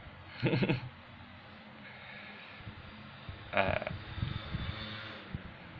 err